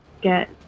get